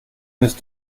müsst